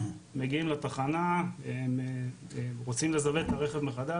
מגיעים לתחנה והם רוצים -- את הרכב מחדש,